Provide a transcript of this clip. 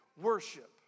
worship